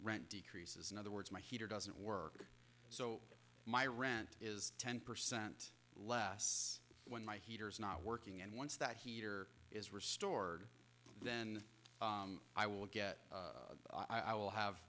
rent decreases in other words my heater doesn't work so my rent is ten percent less when my heater is not working and once that heater is restored then i will get i will have